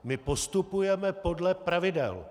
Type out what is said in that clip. My postupujeme podle pravidel.